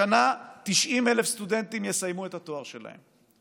השנה 90,000 סטודנטים יסיימו את התואר שלהם.